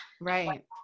right